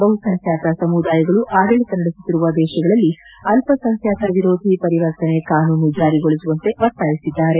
ಬಹುಸಂಖ್ಯಾತ ಸಮುದಾಯಗಳು ಆಡಳಿತ ನಡೆಸುತ್ತಿರುವ ದೇಶಗಳಲ್ಲಿ ಅಲ್ಲ ಸಂಖ್ಲಾತ ವಿರೋಧಿ ಪರಿವರ್ತನೆ ಕಾನೂನು ಜಾರಿಗೊಳಿಸುವಂತೆ ಒತ್ತಾಯಿಸಿದ್ದಾರೆ